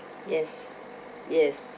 yes yes